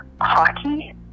hockey